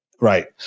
Right